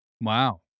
Wow